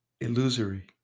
illusory